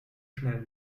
schnell